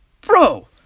Bro